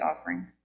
offering